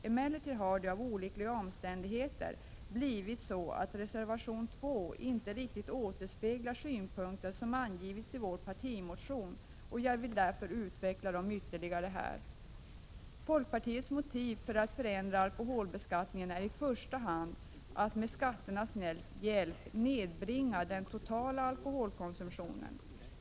Emellertid har det av olyckliga omständigheter blivit så att reservation 2 inte riktigt återspeglar de synpunkter som angivits i vår partimotion, och jag vill därför utveckla dem här. Folkpartiets motiv för att förändra alkoholbeskattningen är i första hand att med skatternas hjälp nedbringa den totala alkoholkonsumtionen.